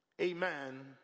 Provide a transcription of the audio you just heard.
Amen